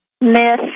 miss